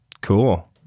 cool